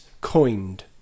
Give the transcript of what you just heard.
coined